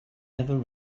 ever